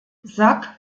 sack